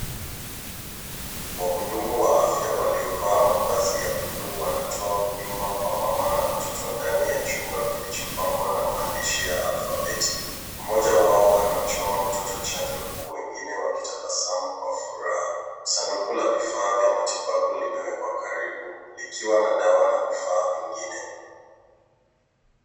Wahudumu wa afya waliovaa mavazi ya buluu wanatoa huduma kwa mama na mtoto ndani ya chumba kilichopambwa na maandishi ya alfabeti. Mmoja wao anamchoma mtoto chanjo huku mwingine akitabasamu kwa furaha. Sanduku la vifaa vya matibabu limewekwa karibu, likiwa na dawa na vifaa vingine.